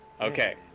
Okay